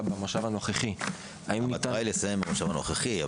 במושב הנוכחי -- המטרה היא לסיים במושב הנוכחי.